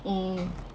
mm